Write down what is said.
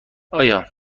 آیا